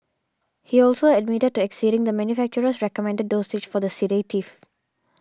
he also admitted to exceeding the manufacturer's recommended dosage for the sedative